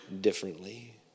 differently